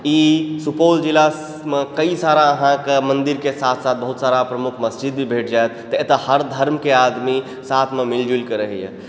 ई सुपौल जिलामे कई सारा अहाँके मन्दिरके साथ साथ बहुत सारा प्रमुख मस्जिद सब भी भेट जाएत तऽ एतऽ हर धर्मके आदमी साथमे मिलि जुलिकऽ रहैए